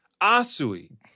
Asui